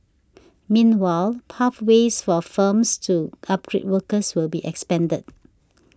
meanwhile pathways for firms to upgrade workers will be expanded